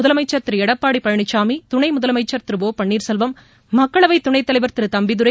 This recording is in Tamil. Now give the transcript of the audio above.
முதலமைச்சர் திரு எடப்பாடி பழனிசாமி துணை முதலமைச்சர் திரு ஓ பன்னீர்செல்வம் மக்களவை துணை தலைவர் திரு தம்பிதுரை